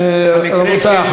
רבותי,